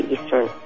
Eastern